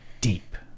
deep